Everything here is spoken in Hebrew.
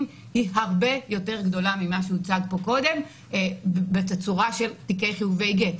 היא הרבה יותר גדולה ממה הוצג פה קודם בתצורה של תיקי חיובי גט.